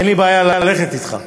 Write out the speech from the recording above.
אין לי בעיה ללכת אתך.